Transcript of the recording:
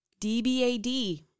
dbad